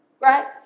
right